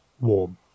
warm